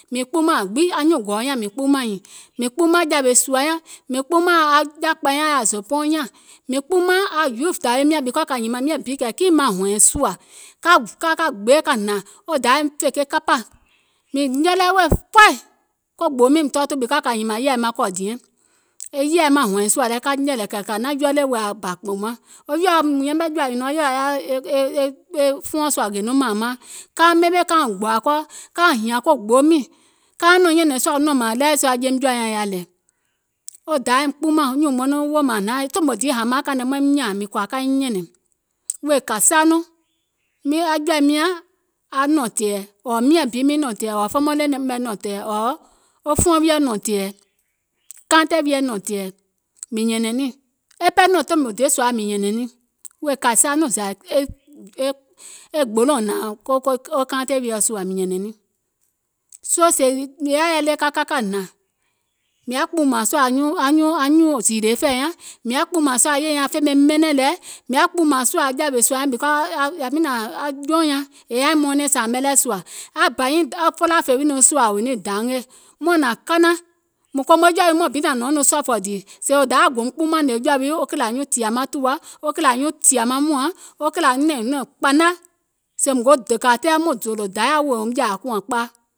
Mìŋ kpuumȧŋ aŋ gbiŋ mìŋ kpuumȧŋ nyìŋ, mìŋ kpuumȧŋ aŋ jȧwè sùȧ nyaŋ, mìŋ kpuumȧŋ aŋ jaȧkpȧi nyȧŋ yaȧ zòòbɔɔŋ nyȧŋ, mìŋ kpuumȧŋ aŋ youth dȧwiim nyȧŋ because kȧ nyìmȧŋ kɛ̀ kiìŋ miȧŋ bi maŋ hɔ̀ɛ̀ŋ sùȧ, ka ka ka gbeè ka hnȧŋ, wo dayȧ woim fè ke kapȧ, mìŋ nyɛlɛ weè faì, ko gboo miìŋ mìŋ tɔɔtù because kȧ nyìmȧŋ yèɛ maŋ kɔ̀ diɛŋ, e yèɛ maŋ hɔ̀ɛ̀ŋ sùȧ lɛ, e yèɛ maŋ hɔ̀ɛ̀ŋ sùȧ lɛ kɛ̀ kȧ naȧŋ ready wèè aŋ bȧ kpùùmaŋ, kauŋ ɓemè kauŋ gbòȧ kɔɔ kauŋ hìȧŋ ko gboo miìŋ kauŋ nɔ̀ŋ nyɛ̀nɛ̀ŋ sùȧ wo nɔ̀ŋ mȧȧŋ ɗeweɛ̀ sua jeim jɔ̀ȧ nyaŋ yaȧ lɛ, wo dayȧ woim kpuumȧŋ nyùùŋ maŋ nɔŋ woò mȧȧŋ hnaȧŋ e tòmò diì hȧmaȧŋ kȧìŋ nɛ mìŋ kɔ̀ȧ kaiŋ nyɛ̀nɛ̀ŋ, wèè kȧìsa nɔŋ aŋ jɔ̀ȧim nyȧŋ aŋ nɔ̀ŋ tɛ̀ɛ̀ miȧŋ bi nɔ̀ŋ tɛ̀ɛ̀ ɔ̀ɔ̀ family mɛ̀ nɔ̀ŋ tɛ̀ɛ̀, ɔ̀ɔ̀ wɔŋ fuɔŋ wiɔ̀ nɔ̀ŋ tɛ̀ɛ̀, kaantè wiɛ̀ nɔ̀ŋ tɛ̀ɛ̀, mìŋ nyɛ̀nɛ̀ŋ niìŋ e ɓɛɛ nɔ̀ŋ tòmò deè sòa mìŋ nyɛ̀nɛ̀ŋ niìŋ, wèè kȧìsa nɔŋ zȧ e gbolòùŋ hnȧŋ e kaantè wiɔ̀ sùȧ mìŋ nyɛ̀nɛ̀ŋ niìŋ, soo sèè mìŋ yaȧ yɛi le ka ka ka hnȧŋ, mìŋ yaȧ kpùùmȧŋ sùȧ anyuùŋ zììlè fɛ̀ɛ̀ nyaŋ, mìŋ yaȧ kpùùmȧŋ sùȧ aŋ yè nyaŋ fè ɓɛìŋ ɓɛnɛ̀ŋ lɛ, mìŋ yaȧ kpùùmȧŋ sùȧ aŋ jȧwèsùȧ nyaŋ because yȧwi nȧȧŋ aŋ jɔùŋ nyaŋ è yaȧ mɔɔnɛŋ sȧȧmɛ lɛɛ̀ sùȧ, aŋ bȧ nyiŋ felaaȧ fè wi nɔŋ sùȧ wò wi dangè, muȧŋ nȧŋ kanaŋ, mùŋ komo jɔ̀ȧ wii muȧŋ bi nȧŋ nɔ̀ɔŋ sɔ̀ɔ̀fɔ̀ dìì, sèè dayȧ goum kpuumȧŋ ngèè jɔ̀ȧ wii kìlȧ nyuùŋ tìȧ maŋ tùwa, wo kìlȧ nyuùŋ tiȧ maŋ mùȧŋ, wo kìlȧ nɛ̀ŋ kpȧna sèè mùŋ go dèkȧ tɛɛ maŋ zòòlò dayȧ wèè woum jȧȧ kùȧŋ kpaa,